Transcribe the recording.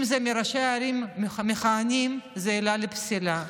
אם זה מראשי ערים מכהנים, זו עילה לפסילה,